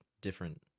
different